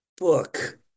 book